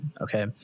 okay